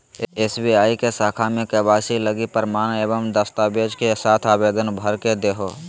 SBI के शाखा में के.वाई.सी लगी प्रमाण एवं दस्तावेज़ के साथ आवेदन भर के देहो